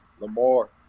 Lamar